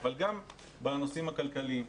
אבל גם בנושאים הכלכליים.